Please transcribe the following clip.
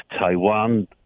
Taiwan